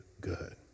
good